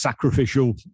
Sacrificial